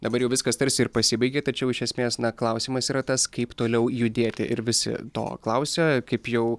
dabar jau viskas tarsi ir pasibaigė tačiau iš esmės na klausimas yra tas kaip toliau judėti ir visi to klausia kaip jau